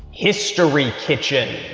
history kitchen.